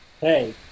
Hey